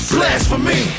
Blasphemy